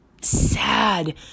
sad